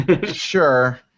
Sure